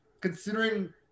considering